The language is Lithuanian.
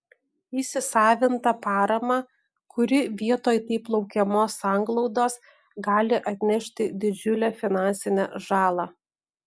įsisavintą paramą kuri vietoj taip laukiamos sanglaudos gali atnešti didžiulę finansinę žalą